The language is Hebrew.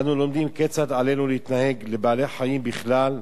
אנו לומדים כיצד עלינו להתנהג לבעלי-חיים בכלל,